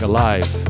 Alive